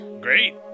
Great